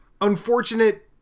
unfortunate